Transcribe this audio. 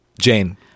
Jane